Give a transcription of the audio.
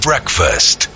Breakfast